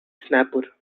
snapper